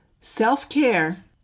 self-care